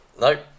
Nope